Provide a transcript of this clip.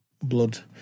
blood